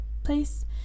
place